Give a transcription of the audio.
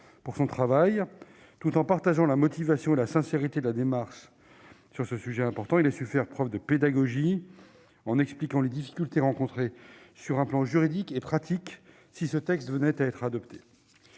de son travail. Tout en partageant la motivation et la sincérité de la démarche sur ce sujet important, il a su faire preuve de pédagogie, en expliquant les difficultés qui seraient rencontrées sur les plans juridique et pratique si ce texte venait à être adopté.